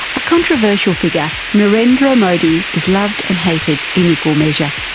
a controversial figure, narendra modi is loved and hated in equal measure.